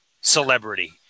celebrity